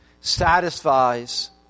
satisfies